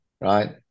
right